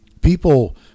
people